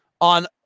on